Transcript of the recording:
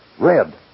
Red